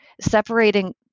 separating